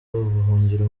ubuhungiro